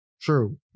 True